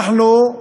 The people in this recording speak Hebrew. אנחנו,